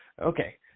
Okay